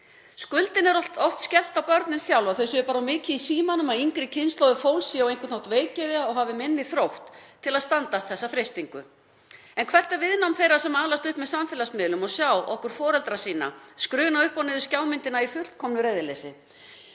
allt of oft skellt á börnin sjálf, að þau séu bara of mikið í símanum, að yngri kynslóðir fólks séu á einhvern hátt veikgeðja og hafi minni þrótt til að standast þessa freistingu. En hvert er viðnám þeirra sem alast upp með samfélagsmiðlum og sjá okkur foreldrana skruna upp og niður skjámyndina í fullkomnu reiðileysi?